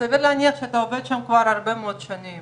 יכול להיות שאנשי התכנון אני מצוות הביצוע.